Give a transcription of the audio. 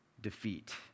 defeat